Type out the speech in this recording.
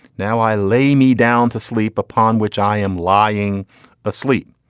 now i lay me down to sleep upon which i am lying asleep.